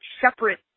separate